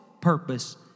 purpose